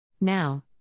Now